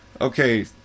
Okay